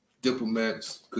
Diplomats